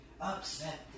Upset